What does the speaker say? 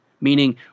meaning